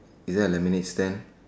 is there a lemonade stand